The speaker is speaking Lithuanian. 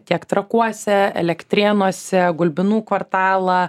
tiek trakuose elektrėnuose gulbinų kvartalą